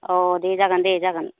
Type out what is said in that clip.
औ दे जागोन दे जागोन